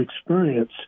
experience